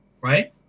right